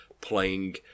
playing